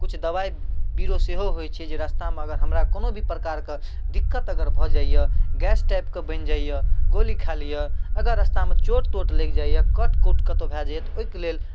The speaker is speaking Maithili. किछु दवाइ बीरो सेहो होइ छै जे रास्तामे हमरा अगर हमरा कोनो भी प्रकारके दिक्कत अगर भऽ जाइए गैस टाइपके बनि जाइए गोली खा लिअ अगर रास्तामे छोट तोट लागि जाइए कट कुट कतहु भए जाइए तऽ ओहिके लेल